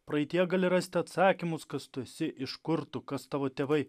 praeityje gali rasti atsakymus kas tu esi iš kur tu kas tavo tėvai